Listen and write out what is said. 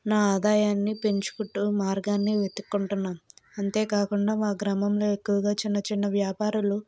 నా ఆదాయాన్ని పెంచుకుంటూ మార్గాన్ని వెతుక్కుంటున్నా అంతేకాకుండా మా గ్రామంలో ఎక్కువగా చిన్న చిన్న వ్యాపారులు